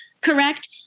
correct